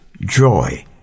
joy